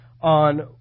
on